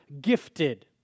gifted